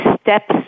steps